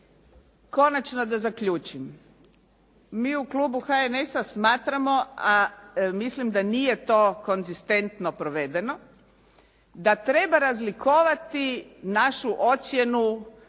Konačno da zaključim, mi u klubu HNS-a smatramo, a mislim da nije to konzistentno provedeno, da treba razlikovati našu ocjenu